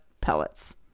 pellets